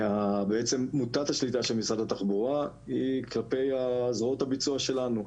מוטת השליטה של משרד התחבורה היא כלפי זרועות הביצוע שלנו.